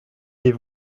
les